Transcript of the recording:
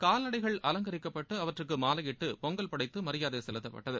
கால்நடைகள் அலங்கரிக்கப்பட்டு அவற்றுக்கு மாலையிட்டு பொங்கல் படைத்து மாியாதை செலுத்தப்பட்டது